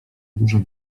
dużo